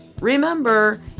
remember